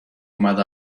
اومد